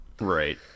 Right